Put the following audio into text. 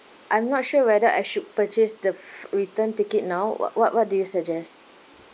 I'm not sure whether I should purchase the f~ return ticket now what what what do you suggest